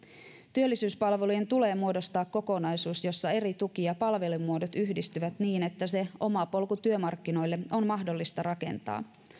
työllisyyspalvelujen tulee muodostaa kokonaisuus jossa eri tuki ja palvelumuodot yhdistyvät niin että se oma polku työmarkkinoille on mahdollista rakentaa